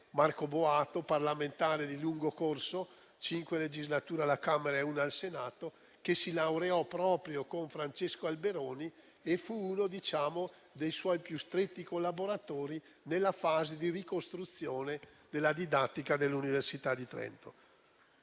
Marco Boato, parlamentare di lungo corso, cinque legislature alla Camera e una al Senato, che si laureò proprio con Francesco Alberoni e fu uno dei suoi più stretti collaboratori nella fase di ricostruzione della didattica dell'università di Trento.